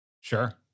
Sure